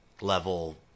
level